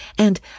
And